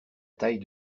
taille